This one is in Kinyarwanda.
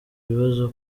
ibibazo